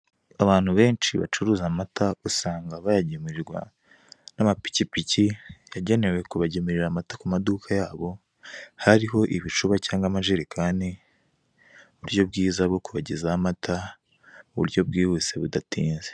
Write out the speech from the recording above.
Abantu benshi bacuruza amata, usanga bayagemurirwa n'amapikipiki yagenewe kubagemurira amata ku maduka yacu. Haba hariho ibicuba cyangwa amajerekani, uburyo bwiza bwo kubagezaho amata, uburyo bwiza, bwihuse kandi budatinze.